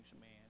man